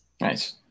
Nice